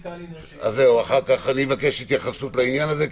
קלינר --- אחר כך אני אבקש התייחסות לעניין הזה,